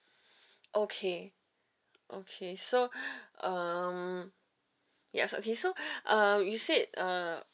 okay okay so um yes okay so uh you said uh